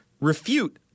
refute